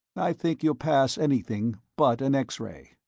i think you'll pass anything but an x-ray.